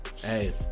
Hey